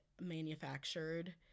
manufactured